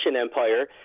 Empire